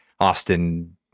Austin